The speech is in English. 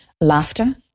laughter